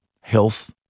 health